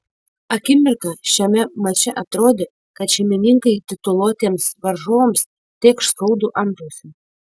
akimirką šiame mače atrodė kad šeimininkai tituluotiems varžovams tėkš skaudų antausį